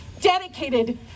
dedicated